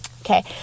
Okay